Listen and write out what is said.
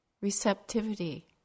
receptivity